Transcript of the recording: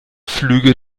flüge